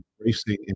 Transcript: embracing